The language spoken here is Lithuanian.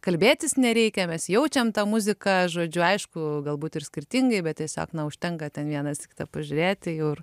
kalbėtis nereikia mes jaučiam tą muziką žodžiu aišku galbūt ir skirtingai bet tiesiog na užtenka ten vienas į kitą pažiūrėti juk